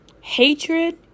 hatred